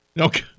Okay